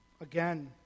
again